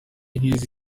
nk’izi